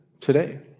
today